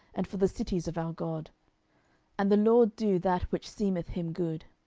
and for the cities of our god and the lord do that which seemeth him good.